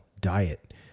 diet